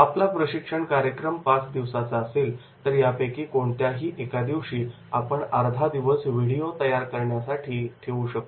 आपला प्रशिक्षण कार्यक्रम पाच दिवसाचा असेल तर त्यापैकी कोणत्याही एका दिवशी आपण अर्धा दिवस व्हिडिओ तयार करण्यासाठी ठेवू शकतो